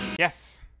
Yes